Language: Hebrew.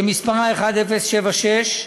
מס' מ/1076,